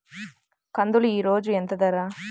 కందులు ఈరోజు ఎంత ధర?